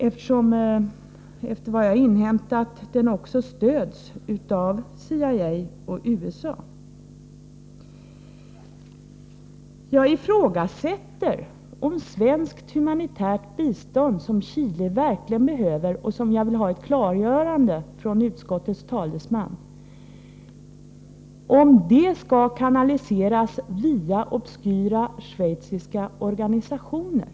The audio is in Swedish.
Enligt vad jag inhämtat stöds nämligen denna tendens också av CIA och alltså av USA. Jag ifrågasätter — och här vill jag ha ett klargörande från utskottets företrädare — om svenskt humanitärt bistånd — som Chile verkligen behöver — skall kanaliseras via obskyra schweiziska organisationer.